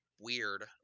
weird